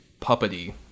puppety